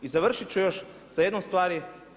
I završit ću još sa jednom stvari.